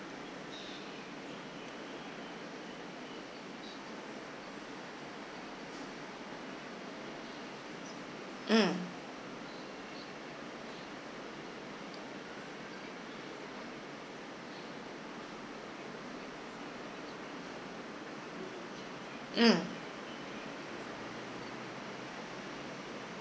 mm mm